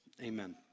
Amen